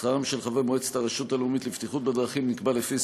שכרם של חברי מועצת הרשות הלאומית לבטיחות בדרכים נקבע לפי